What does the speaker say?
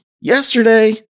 yesterday